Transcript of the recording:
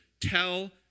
tell